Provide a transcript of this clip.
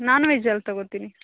ನಾನ್ವೆಜ್ಜಲ್ಲಿ ತೊಗೋತೀನಿ